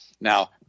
Now